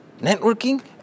networking